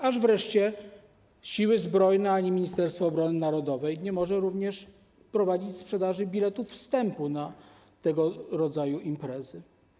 Aż wreszcie Siły Zbrojne ani Ministerstwo Obrony Narodowej nie mogą również prowadzić sprzedaży biletów wstępu na tego rodzaju imprezy.